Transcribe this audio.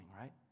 right